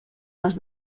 les